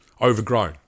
overgrown